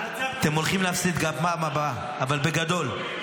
אתם הולכים להפסיד גם בפעם הבאה, אבל בגדול.